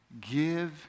give